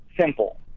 simple